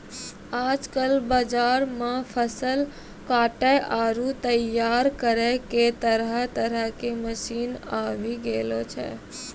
आजकल बाजार मॅ फसल काटै आरो तैयार करै के तरह तरह के मशीन आबी गेलो छै